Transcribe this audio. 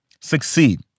succeed